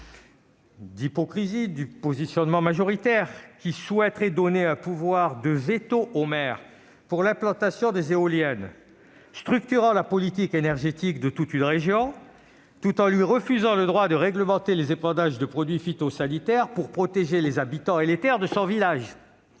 d'hypocrisie du positionnement majoritaire, qui consiste à donner un pouvoir de veto au maire pour l'implantation des éoliennes, structurant la politique énergétique de toute une région, tout en lui refusant le droit de réglementer les épandages de produits phytosanitaires pour protéger les habitants et les terres de son village.